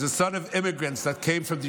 As a son of immigrants that came from the